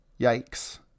Yikes